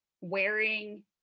wearing